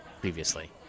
previously